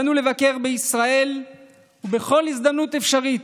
באנו לבקר בישראל בכל הזדמנות אפשרית.